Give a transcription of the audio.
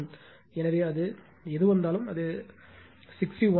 எனவே அது எது வந்தாலும் அது 61